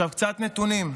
עכשיו קצת נתונים.